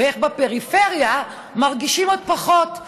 ואיך בפריפריה מרגישים עוד פחות?